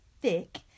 thick